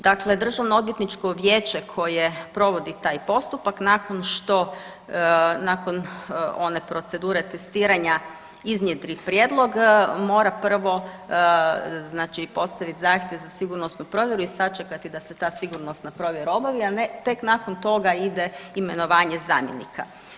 Dakle, DOV koje provodi taj postupak nakon što, nakon one procedure testiranja iznjedri prijedlog mora prvo znači postavit zahtjev za sigurnosnu provjeru i sačekati da se ta sigurnosna provjera obavi, a ne tek nakon toga ide imenovanje zamjenika.